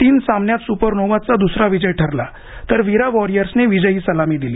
तीन सामन्यात सुपरनोव्हाजचा दुसरा विजय ठरला तर विरा वॉरियर्सने विजयी सलामी दिली